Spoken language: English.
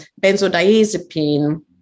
benzodiazepine